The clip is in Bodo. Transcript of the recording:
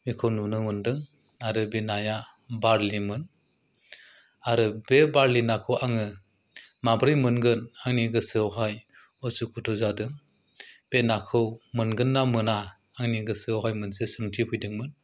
बेखौ नुनो मोनदों आरो बे नाया बारलिमोन आरो बे बारलि नाखौ आङो माब्रै मोनगोन आंनि गोसोयावहाय उसु खुथु जादों बे नाखौ मोनगोन ना मोना आंनि गोसोयावहाय मोनसे सोंथि फैदोंमोन